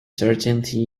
certainty